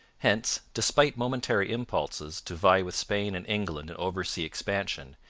hence, despite momentary impulses to vie with spain and england in oversea expansion,